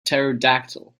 pterodactyl